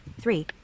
three